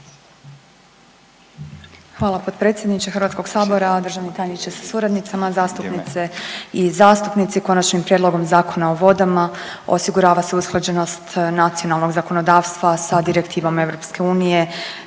Hvala potpredsjedniče HS-a. Državni tajniče sa suradnicama, zastupnice i zastupnici. Konačnim prijedlogom Zakona o vodama osigurava se usklađenost nacionalnog zakonodavstva sa Direktivom EU